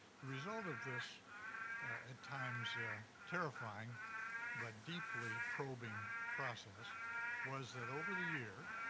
the result of this at times terrifying but deeply probing process was that, over the year,